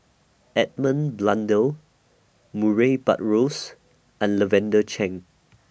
Edmund Blundell Murray Buttrose and Lavender Chang